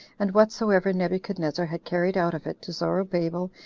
and whatsoever nebuchadnezzar had carried out of it, to zorobabel,